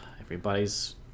everybody's